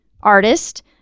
artist